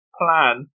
plan